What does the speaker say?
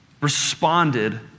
responded